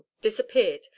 disappeared